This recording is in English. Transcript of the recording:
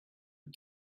but